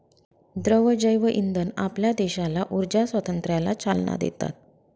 द्रव जैवइंधन आपल्या देशाला ऊर्जा स्वातंत्र्याला चालना देतात